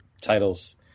titles